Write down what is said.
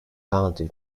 county